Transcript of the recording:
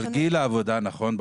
נכון,